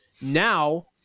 now